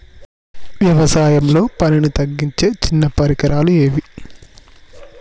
వ్యవసాయంలో పనిని తగ్గించే చిన్న పరికరాలు ఏవి?